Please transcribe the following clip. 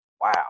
Wow